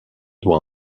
doit